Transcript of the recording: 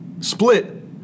split